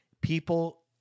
people